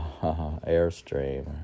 Airstream